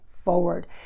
forward